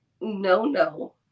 no-no